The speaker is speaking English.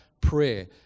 prayer